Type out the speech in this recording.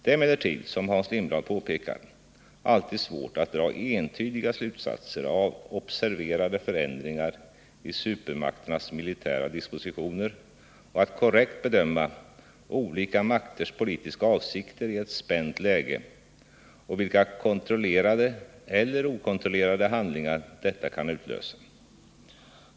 Det är emellertid, som Hans Lindblad påpekar, alltid svårt att dra entydiga slutsatser av observerade förändringar i supermakternas militära dispositioner och att korrekt bedöma olika makters politiska avsikter i ett spänt läge och vilka kontrollerade eller okontrollerade handlingar detta kan utlösa.